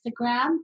Instagram